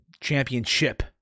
Championship